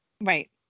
Right